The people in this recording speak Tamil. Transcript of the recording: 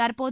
தற்போது